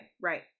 right